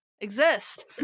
exist